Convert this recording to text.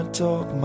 talk